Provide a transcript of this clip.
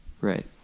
Right